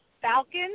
Falcons